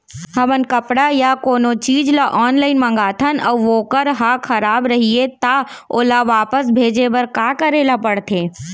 हमन कपड़ा या कोनो चीज ल ऑनलाइन मँगाथन अऊ वोकर ह खराब रहिये ता ओला वापस भेजे बर का करे ल पढ़थे?